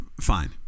fine